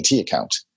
account